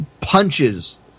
punches